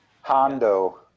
Hondo